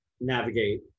navigate